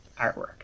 artwork